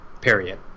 Period